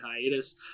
hiatus